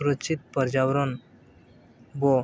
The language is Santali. ᱥᱩᱨᱚᱪᱪᱷᱤᱛ ᱯᱨᱚᱡᱟᱵᱚᱨᱚᱱ ᱵᱚᱱ